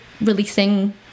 releasing